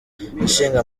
ishinga